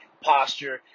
posture